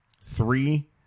three